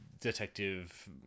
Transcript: Detective